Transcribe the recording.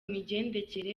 migendekere